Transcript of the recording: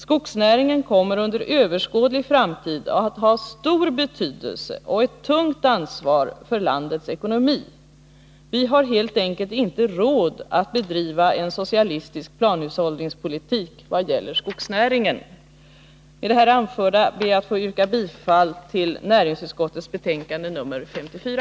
Skogsnäringen kommer under överskådlig framtid att ha stor betydelse — och ett tungt ansvar — för landets ekonomi. Vi har helt enkelt inte råd att bedriva en socialistisk planhushållningspolitik i vad gäller skogsnäringen. Med det anförda ber jag att få yrka bifall till näringsutskottets hemställan i dess betänkande nr 54.